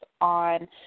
on